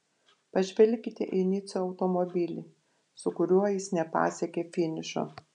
pažvelkite į nico automobilį su kuriuo jis nepasiekė finišo